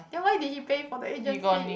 then why did he pay for the agent fee